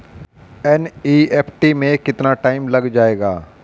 NEFT में कितना time लग जाएगा?